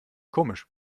komisch